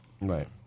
Right